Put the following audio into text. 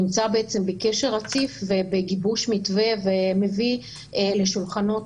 נמצא בקשר רציף ובגיבוש מתווה ומביא לשולחנות